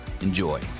Enjoy